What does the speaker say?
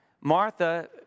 Martha